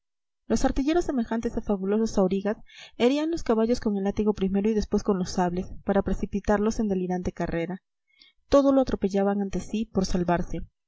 los artilleros semejantes a fabulosos aurigas herían los caballos con el látigo primero y después con los sables para precipitarlos en delirante carrera todo lo atropellaban ante sí por salvarse